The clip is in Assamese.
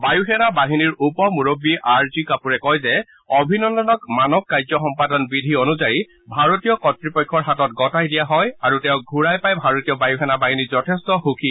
বায়ুসেনা বাহিনীৰ উপ মূৰববী আৰ জি কাপুৰে কয় যে অভিনন্দনক মানক কাৰ্য সম্পাদন বিধি অনুযায়ী ভাৰতীয় কৰ্ত্তপক্ষৰ হাতত গটাই দিয়া হয় আৰু তেওঁক ঘূৰাই পাই ভাৰতীয় বায়সেনা বাহিনী যথেষ্ট সুখী